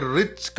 rich